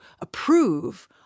approve